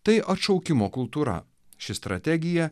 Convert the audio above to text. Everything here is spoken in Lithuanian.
tai atšaukimo kultūra ši strategija